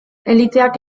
eliteak